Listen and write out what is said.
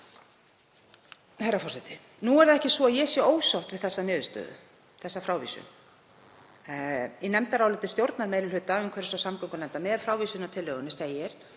Herra forseti. Nú er það ekki svo að ég sé ósátt við þessa niðurstöðu, þessa frávísun. Í nefndaráliti stjórnarmeirihluta umhverfis- og samgöngunefndar með frávísunartillögunni segir